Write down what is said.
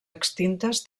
extintes